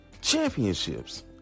championships